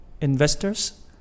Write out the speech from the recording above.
investors